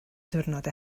diwrnod